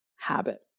habit